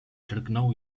drgnął